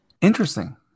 Interesting